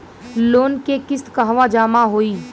Loan के किस्त कहवा जामा होयी?